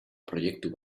proiektu